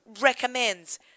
recommends